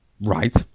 Right